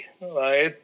right